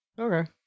Okay